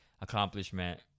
accomplishment